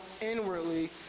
inwardly